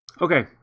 Okay